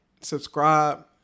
subscribe